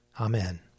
Amen